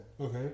Okay